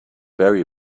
berry